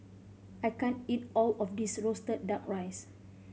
I can't eat all of this roasted Duck Rice